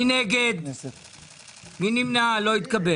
לפני כמעט 13 שנים.